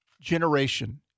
generation